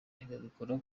akabikora